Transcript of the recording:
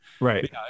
Right